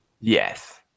Yes